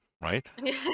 right